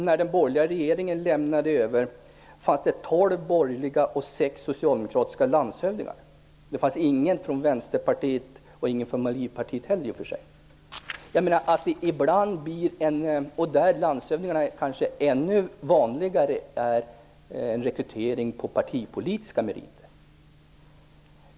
När den borgerliga regeringen lämnade över 1994 fanns det tolv borgerliga och sex socialdemokratiska landshövdingar. Det fanns ingen från Vänsterpartiet och ingen från Miljöpartiet heller. Att landshövdingarna rekryteras på partipolitiska meriter är kanske ännu vanligare.